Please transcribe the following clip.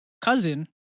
cousin